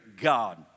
God